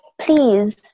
please